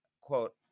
quote